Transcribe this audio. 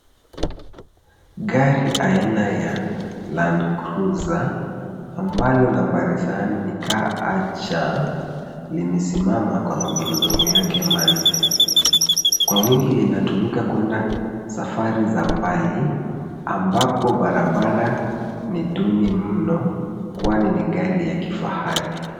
Gari aina ya Land Cruiser ambalo nambari sahani ni Car Archer limesimama kwa magurudumu yake manne. Kwa wingi linatumika kwenda safari za mbali ambapo barabara ni duni mno kwani ni gari ya kifahari.